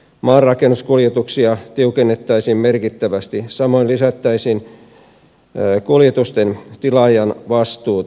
maarakennuskuljetuksia tiukennettaisiin merkittävästi samoin lisättäisiin kuljetusten tilaajan vastuuta